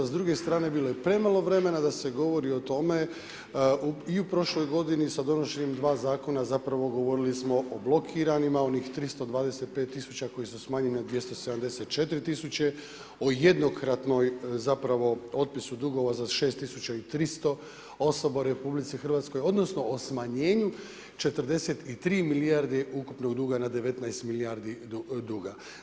S druge strane, bilo je premalo vremena da se govori o tome i u prošloj godini sa donošenjem dva Zakona, zapravo, govorili smo o blokiranima, onih 325 000 koji su smanjeni na 274 000, o jednokratnoj, zapravo, otpisu dugova za 6 300 osoba u RH odnosno o smanjenju 43 milijarde ukupnog duga na 19 milijardi duga.